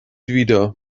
wieder